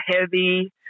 heavy